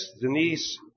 Denise